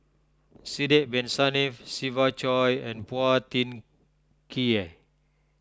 Sidek Bin Saniff Siva Choy and Phua Thin Kiay